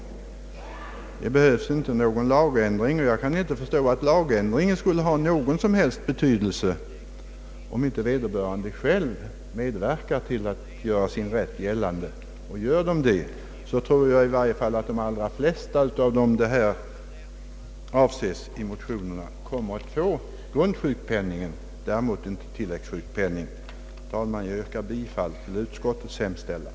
Det behövs sålunda inte någon lagändring. Och jag kan inte förstå att en lagändring skulle ha någon som helst betydelse om inte vederbörande själv medverkar till att göra sin rätt gällande. Gör de detta tror jag att i varje fall de allra flesta av dem som avses i motionerna kommer att få grundsjukpenning, däremot kan inte anslutning till den frivilliga tilläggssjukpenningförsäkringen komma i fråga. Herr talman! Jag yrkar bifall till utskottets hemställan.